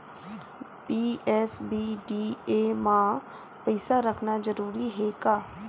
BSBDA मा पईसा रखना जरूरी हे का?